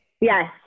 yes